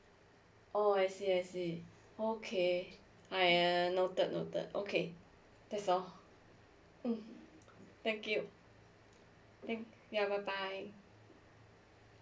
oh I see I see okay I uh noted noted okay that's all mm thank you thank ya bye bye